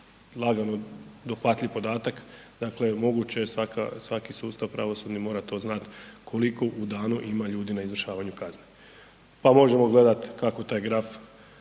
lagano dohvatljiv podatak, dakle moguće je svaki sustav pravosudni mora to znati koliko u danu ima ljudi na izvršavanju kazne. Pa možemo gledati kako taj graf